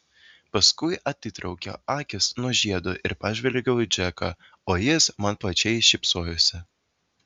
paskui atitraukiau akis nuo žiedo ir pažvelgiau į džeką o jis man plačiai šypsojosi